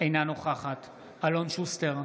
אינה נוכחת אלון שוסטר,